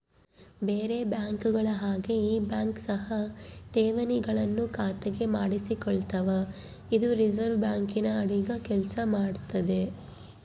ಬೇರೆ ಬ್ಯಾಂಕುಗಳ ಹಾಗೆ ಈ ಬ್ಯಾಂಕ್ ಸಹ ಠೇವಣಿಗಳನ್ನು ಖಾತೆಗೆ ಮಾಡಿಸಿಕೊಳ್ತಾವ ಇದು ರಿಸೆರ್ವೆ ಬ್ಯಾಂಕಿನ ಅಡಿಗ ಕೆಲ್ಸ ಮಾಡ್ತದೆ